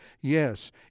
Yes